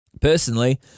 Personally